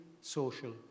social